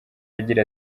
agira